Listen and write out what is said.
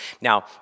Now